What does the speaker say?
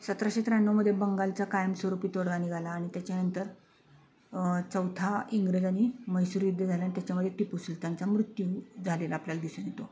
सतराशे त्र्याण्णवमध्ये बंगालचा कायमस्वरूपी तोडगा निघाला आणि त्याच्यानंतर चौथा इंग्रज आणि म्हैसूर युद्ध झाला आणि त्याच्यामध्ये टिपू सुलतानचा मृत्यू झालेला आपल्याला दिसून येतो